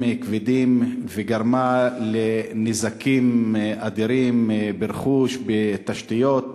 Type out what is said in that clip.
כבדים וגרמה לנזקים אדירים ברכוש ובתשתיות,